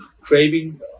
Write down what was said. craving